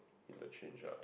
interchange ah